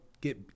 get